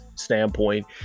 standpoint